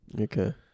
Okay